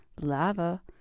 lava